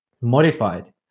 modified